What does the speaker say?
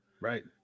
Right